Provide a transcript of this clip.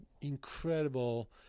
incredible